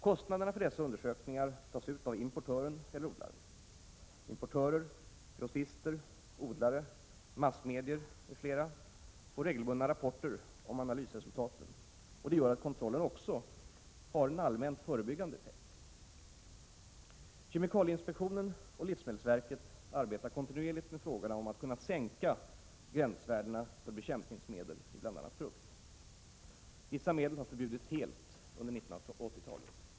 Kostnaderna för dessa undersökningar tas ut av importören eller odlaren. Importörer, grossister, odlare, massmedier m.fl. får regelbundna rapporter om analysresultaten. Detta gör att kontrollen också har en allmänt förebyggande effekt. Kemikalieinspektionen och livsmedelsverket arbetar kontinuerligt med frågorna om att kunna sänka gränsvärdena för bekämpningsmedel i bl.a. frukt. Vissa medel har förbjudits helt under 1980-talet.